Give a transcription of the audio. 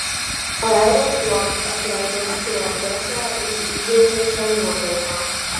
aeroflot atleido stiuardesę už įžeidžiančią nuotrauką